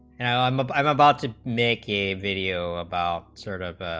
and ah um um about did make a video about sort of